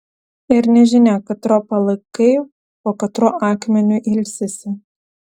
ir nežinia katro palaikai po katruo akmeniu ilsisi